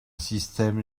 système